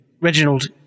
Reginald